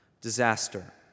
disaster